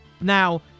Now